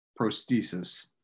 prosthesis